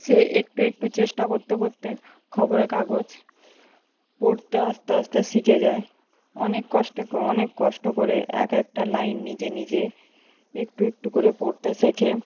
সে একটু একটু চেষ্টা করতে করেত খবরের কাগজ পড়তে আস্তে আস্তে শিখে যায় অনেক কষ্টে অনেক কষ্ট করে এক একটা লাইন নিজে নিজে একটু একটু করে পড়তে শেখে